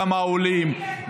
גם העולים,